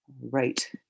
Right